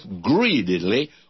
greedily